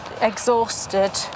exhausted